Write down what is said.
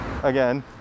again